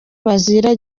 bazira